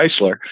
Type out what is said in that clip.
Chrysler